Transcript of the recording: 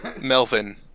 Melvin